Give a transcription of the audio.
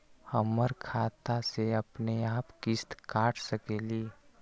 हमर खाता से अपनेआप किस्त काट सकेली?